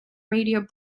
radio